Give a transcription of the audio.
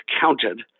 counted